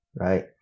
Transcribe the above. Right